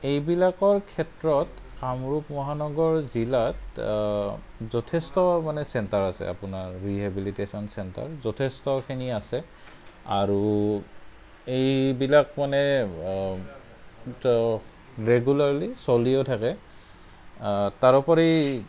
এইবিলাকৰ ক্ষেত্ৰত কামৰূপ মহানগৰ জিলাত যথেষ্ট মানে চেণ্টাৰ আছে আপোনাৰ ৰিহেবিলেশ্ৱন চেণ্টাৰ যথেষ্টখিনি আছে আৰু এইবিলাক মানে ৰেগুলাৰ্লি চলিয়েই থাকে তাৰোপৰি